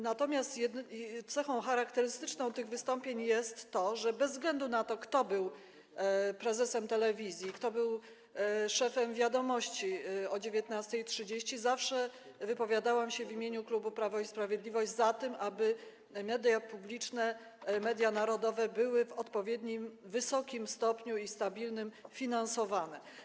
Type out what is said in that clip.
Natomiast cechą charakterystyczną tych wystąpień jest to, że bez względu na to, kto był prezesem telewizji, kto był szefem „Wiadomości” nadawanych o 19.30, zawsze wypowiadałam się w imieniu klubu Prawo i Sprawiedliwość za tym, żeby media publiczne, media narodowe były w odpowiednio wysokim i stabilnym stopniu finansowane.